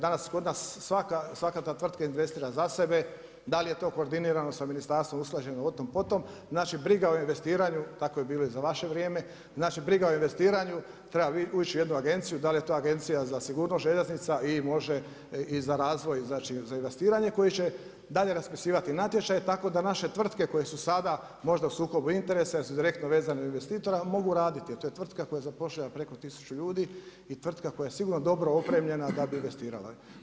Danas kod nas svaka ta tvrtka investira za sebe, da li je to koordinirano sa ministarstvo, usklađeno je o tom potom, znači briga o investiranju, tako je bilo i za vaše vrijeme, znači briga o investiranju treba ući u jednu agenciju, da li je to Agencija za sigurnost željeznica ili može i za razvoj i za investiranje koje će dalje raspisivati natječaj, tako da naše tvrtke koje su sada možda u sukobu interesa jer su direktno vezane uz investitora, mogu raditi jer to je tvrtka koja zapošljava preko 1000 ljudi i tvrtka koja je sigurno dobro opremljena da bi investirala.